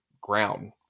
ground